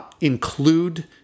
Include